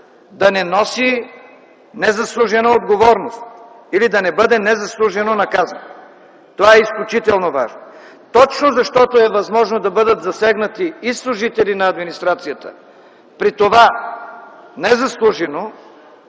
да не носи незаслужена отговорност или да не бъде незаслужено наказан. Това е изключително важно. Точно защото е възможно да бъдат засегнати и служители на администрацията, при това незаслужено,